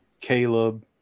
Caleb